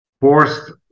forced